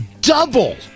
double